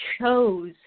chose